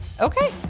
okay